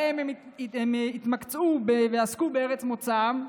שבהם הם התמקצעו ועסקו בארץ מוצאם,